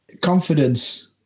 Confidence